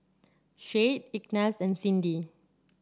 Shade Ignatz and Cyndi